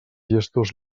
llestos